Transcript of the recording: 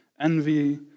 envy